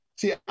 See